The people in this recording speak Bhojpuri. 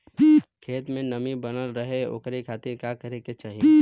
खेत में नमी बनल रहे ओकरे खाती का करे के चाही?